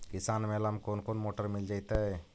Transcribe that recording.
किसान मेला में कोन कोन मोटर मिल जैतै?